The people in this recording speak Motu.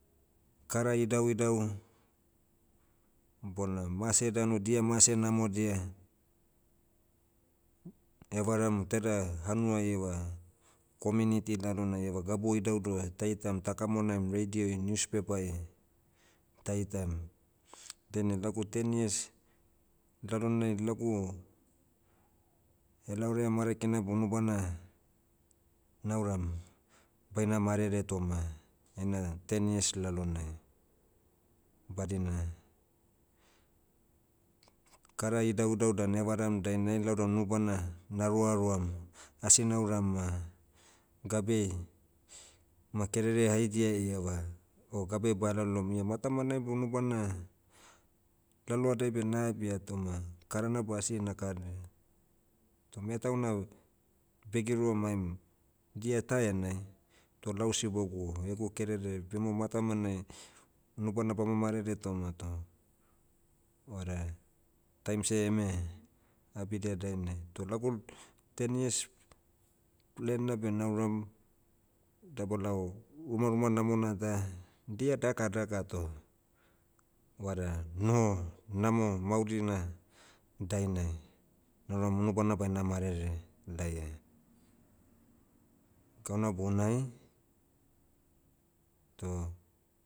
Kara idauidau, bona mase danu dia mase namodia, evaram iteda hanuai eva, community lalonai eva gabua idaudaua taitam ta kamonaim radio i niuspepai, taitam. Dainai lagu ten years, lalonai lagu, helaorea marakina bunubana, nauram, baina marere toma, heina ten years lalonai, badina, kara idauidau dan evaram dainai lau dan nubana na roaroam. Asi nauram ma, gabeai, ma kerere haidia ieva, o gabeai balalom ia matamanai beh unubana, lalohadai beh na abia toma, karana beh asi nakaraia. Toh metauna, begiroa maim, dia ta enai, toh lau sibogu egu kerere. Bema matamanai, unubana bama marere toma toh, vada, taim seh eme, abidia dainai. Toh lagu, ten years, plan na beh nauram, dabalao, rumaruma namona ta, dia daka daka toh, vada noho namo maurina dainai nauram unubana baina marere, laia. Gauna bunai, toh